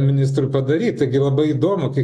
ministrui padaryt taigi labai įdomu kiek